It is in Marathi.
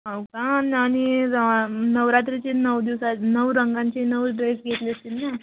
हो का आणि आणि नवरात्रीचे नऊ दिवसा नऊ रंगांचे नऊ ड्रेस घेतले असतील ना